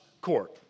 court